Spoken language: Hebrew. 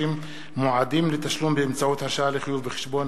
30) (מועדים לתשלום באמצעות הרשאה לחיוב חשבון),